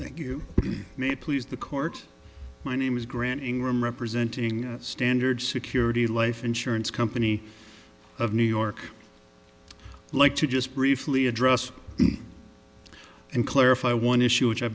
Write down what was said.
thank you may please the court my name is granting room representing a standard security life insurance company of new york like to just briefly address and clarify one issue which i